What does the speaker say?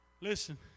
Listen